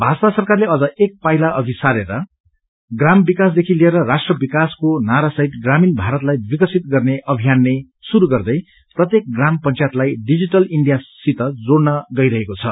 भाजपा सरकारले अझ एक पाइला अघि सरेर ग्राम विकासदेखि लिएर राष्ट्र विकासको नारासहित ग्रामीण भारतलाई विकसित गर्ने अभियान नै शुरू गर्दै प्रत्येक ग्राम पंचायतलाई डिजिटल इण्डियासित जोड़न गइरहेको छ